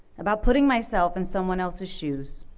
about putting myself in someone else's shoes.